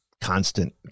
constant